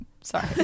sorry